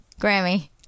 Grammy